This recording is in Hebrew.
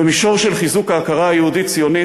במישור של חיזוק ההכרה היהודית-ציונית